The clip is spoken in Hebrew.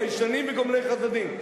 ביישנים וגומלי חסדים,